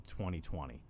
2020